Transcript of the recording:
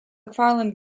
mcfarland